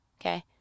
okay